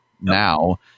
now